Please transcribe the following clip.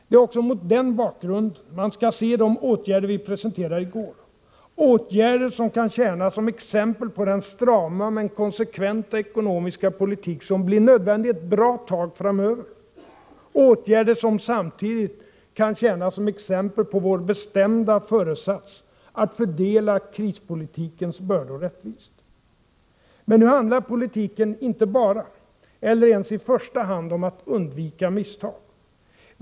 Det är också mot den bakgrunden man skall se de åtgärder vi presenterade i går, åtgärder som kan tjäna som exempel på den strama men konsekventa ekonomiska politik som blir nödvändig ett bra tag framöver, åtgärder som samtidigt kan tjäna som exempel på vår bestämda föresats att fördela krispolitikens bördor rättvist. Men nu handlar politiken inte bara, eller ens i första hand, om att undvika misstag.